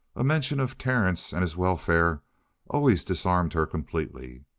a mention of terence and his welfare always disarmed her completely.